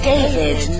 David